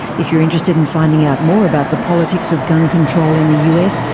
if you're interested in finding out more about the politics of gun control in the us,